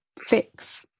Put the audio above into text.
fix